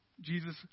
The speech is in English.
Jesus